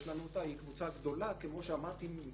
יש לנו אותה, היא קבוצה גדולה כמו שאמרתי קודם.